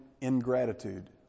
ingratitude